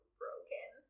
broken